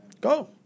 Go